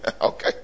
okay